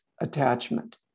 attachment